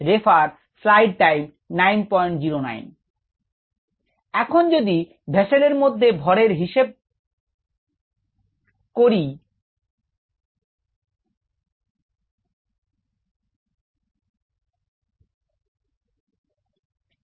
𝑟𝑔 𝑟𝑃 𝑘3 V এখন যদি ভেসেলের মধ্যে ভরের হিসেব করব